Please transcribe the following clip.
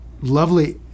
lovely